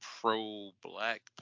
pro-Black